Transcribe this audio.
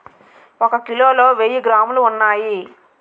ఒక కిలోలో వెయ్యి గ్రాములు ఉన్నాయి